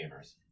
Gamers